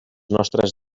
nostres